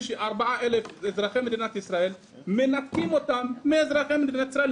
מנתקים 4,000 אזרחים ממדינת ישראל מאזרחי מדינת ישראל,